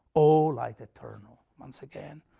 o light eternal. once again,